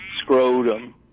scrotum